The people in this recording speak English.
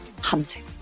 hunting